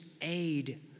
aid